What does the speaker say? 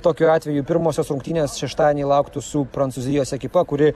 tokiu atveju pirmosios rungtynės šeštadienį lauktų su prancūzijos ekipa kuri